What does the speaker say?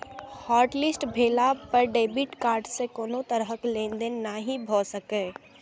hotlist भेला पर debit card सं कोनो तरहक लेनदेन नहि भए सकैए